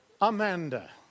Amanda